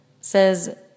says